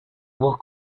will